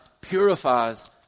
purifies